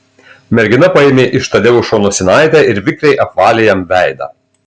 mergina paėmė iš tadeušo nosinaitę ir vikriai apvalė jam veidą